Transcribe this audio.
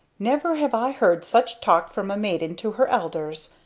never have i heard such talk from a maiden to her elders,